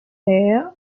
layer